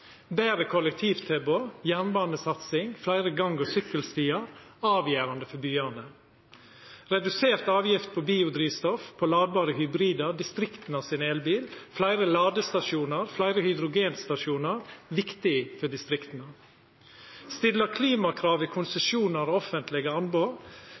Betre kollektivtilbod, jernbanesatsing, fleire gang- og sykkelstiar er avgjerande for byane. Redusert avgift på biodrivstoff på ladbare hybridar – distrikta sin elbil – fleire ladestasjonar og fleire hydrogenstasjonar er viktig for distrikta. Ein må òg stilla klimakrav i